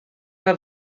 mae